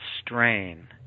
strain